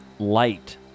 light